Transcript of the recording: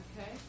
okay